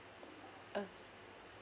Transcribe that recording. ok